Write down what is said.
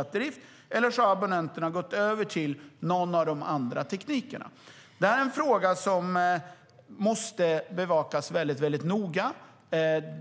Alternativt har abonnenterna gått över till någon av de andra teknikerna. Det här är en fråga som måste bevakas väldigt noga.